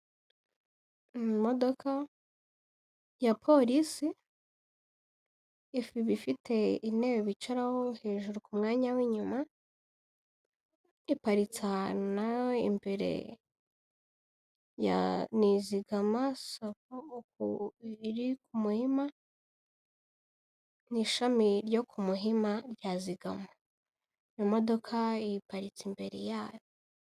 Mu modoka ya polisi ifuba ifite intebe bicaraho hejuru ku mwanya w'inyuma, iparitse hantu nawe imbere ya nizigama ku muhima, n'ishami ryo ku muhima ryazigama mu imodoka iyiparitse imbere yayo.